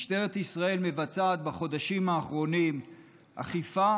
משטרת ישראל מבצעת בחודשים האחרונים אכיפה